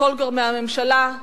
וכל גורמי הממשלה,